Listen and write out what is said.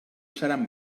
seran